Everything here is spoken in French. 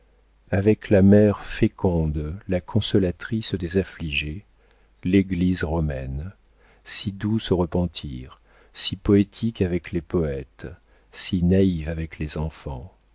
avec la mère féconde la consolatrice des affligés l'église romaine si douce aux repentirs si poétique avec les poètes si naïve avec les enfants